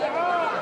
מותר.